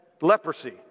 leprosy